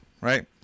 Right